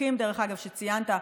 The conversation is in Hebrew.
הבקבוקים שציינת,